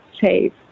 safe